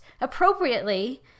appropriately